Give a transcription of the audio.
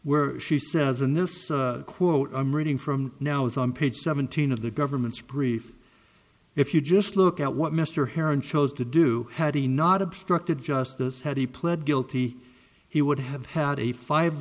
where she says in this quote i'm reading from now is on page seventeen of the government's brief if you just look at what mr heron chose to do had he not obstructed justice had he pled guilty he would have had a five